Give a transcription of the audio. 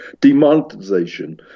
demonetization